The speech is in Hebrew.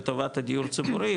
לטובת הדיור ציבורי,